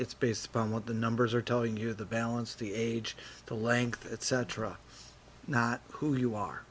it's based upon what the numbers are telling you the balance the age the length etc not who you are